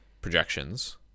projections